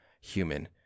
human